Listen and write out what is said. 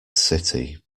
city